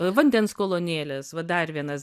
vandens kolonėlės va dar vienas